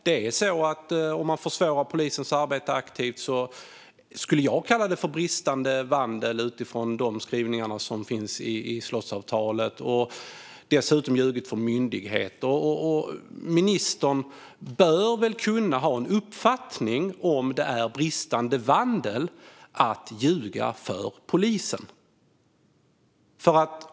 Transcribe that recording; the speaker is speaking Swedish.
Om man aktivt försvårar polisens arbete skulle jag kalla det bristande vandel utifrån skrivningarna i slottsavtalet. Det handlar också om att ljuga för myndigheter. Ministern bör väl kunna ha en uppfattning om det är bristande vandel att ljuga för polisen?